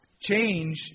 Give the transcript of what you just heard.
Change